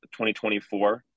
2024